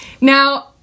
Now